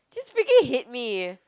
just freaking hit me